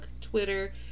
Twitter